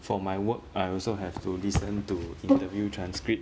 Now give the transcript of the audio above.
for my work I also have to listen to interview transcript